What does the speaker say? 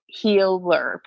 healer